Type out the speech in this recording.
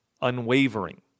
unwavering